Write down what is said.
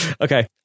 Okay